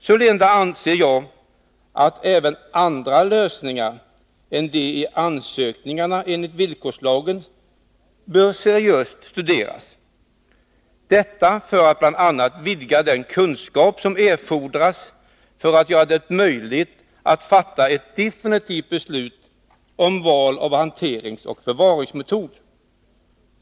Sålunda anser jag att även andra lösningar än de i ansökningarna enligt villkorslagen seriöst bör studeras. Detta för att bl.a. vidga den kunskap som erfordras för att göra det möjligt att fatta ett definitivt beslut om val av hanteringsoch förvaringsmetoder.